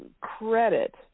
credit